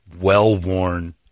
well-worn